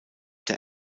der